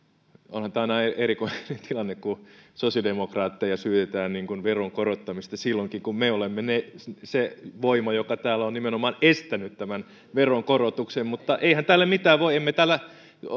onhan tämä aika erikoinen tilanne kun sosiaalidemokraatteja syytetään veron korottamisesta silloinkin kun me olemme se voima joka täällä on nimenomaan estänyt tämän veron korotuksen mutta eihän tälle mitään voi emme täällä